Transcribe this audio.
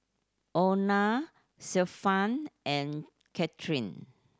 Ona Stefan and Cathryn